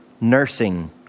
nursing